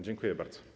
Dziękuję bardzo.